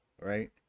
right